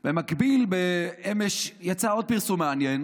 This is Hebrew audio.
במקביל, אמש יצא עוד פרסום מעניין